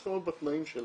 צריכים להיות בתנאים שלהם.